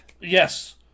Yes